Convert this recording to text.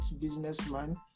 businessman